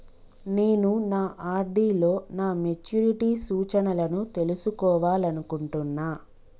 నేను నా ఆర్.డి లో నా మెచ్యూరిటీ సూచనలను తెలుసుకోవాలనుకుంటున్నా